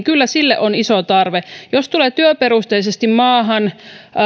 kyllä iso tarve jos tulee työperusteisesti maahan